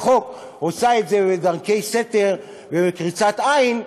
חוק עושה את זה בדרכי סתר ובקריצת עין,